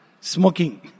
smoking